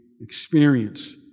experience